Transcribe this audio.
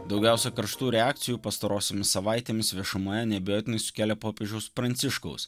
daugiausiai karštų reakcijų pastarosiomis savaitėmis viešumoje sukelia popiežiaus pranciškaus